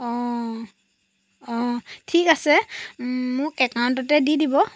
অঁ অঁ ঠিক আছে মোক একাউণ্টতে দি দিব